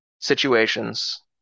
situations